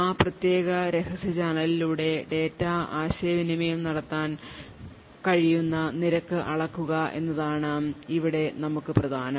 ആ പ്രത്യേക രഹസ്യ ചാനലിലൂടെ ഡാറ്റ ആശയവിനിമയം നടത്താൻ കഴിയുന്ന നിരക്ക് അളക്കുക എന്നതാണ് ഇവിടെ നമ്മൾക്ക് പ്രധാനം